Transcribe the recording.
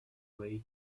way